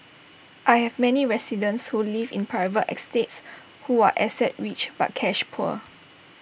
I have many residents who live in private estates who are asset rich but cash poor